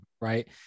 right